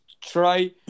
try